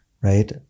right